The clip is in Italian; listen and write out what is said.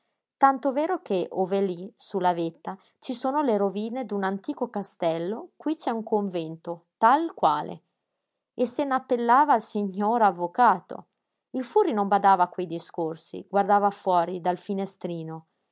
tanto vero che ove lí su la vetta ci sono le rovine d'un antico castello qui c'è un convento tal quale e se n'appellava al sighnor avvocato il furri non badava a quei discorsi guardava fuori dal finestrino